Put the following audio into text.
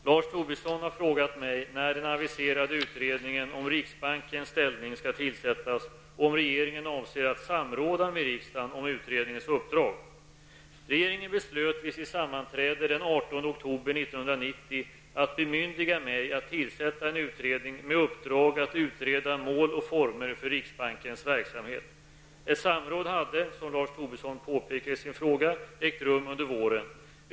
Herr talman! Lars Tobisson har frågat mig när den aviserade utredningen om riksbankens ställning skall tillsättas och om regeringen avser att samråda med riksdagen om utredningens uppdrag. oktober 1990 att bemyndiga mig att tillsätta en utredning med uppdrag att utreda mål och former för riksbankens verksamhet. Ett samråd hade, som Lars Tobisson påpekar i sin fråga, ägt rum under våren.